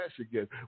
again